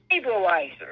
stabilizer